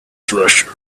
treasure